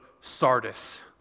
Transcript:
Sardis